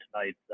tonight